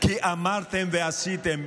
כי אמרתם ועשיתם.